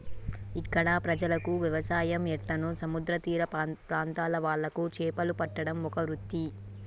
ఇక్కడ ప్రజలకు వ్యవసాయం ఎట్లనో సముద్ర తీర ప్రాంత్రాల వాళ్లకు చేపలు పట్టడం ఒక వృత్తి